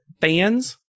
fans